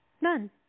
None